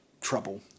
trouble